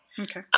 Okay